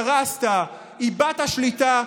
קרסת, איבדת שליטה.